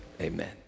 Amen